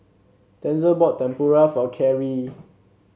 Denzil bought Tempura for Carey